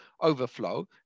overflow